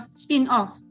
spin-off